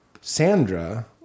Sandra